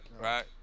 right